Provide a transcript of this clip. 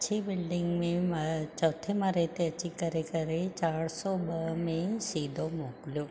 अछी बिल्डिंग में चौथे माले ते अची करे करे चारि सौ ॿ में सीधो मोकिलियो